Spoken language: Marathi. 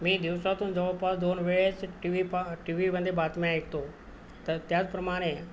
मी दिवसातून जवळपास दोन वेळेस टी व्ही पा टी व्हीमध्ये बातम्या ऐकतो तर त्याचप्रमाणे